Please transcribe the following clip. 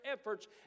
efforts